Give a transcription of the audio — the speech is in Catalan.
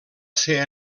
ser